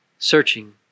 Searching